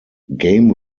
game